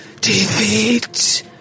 defeat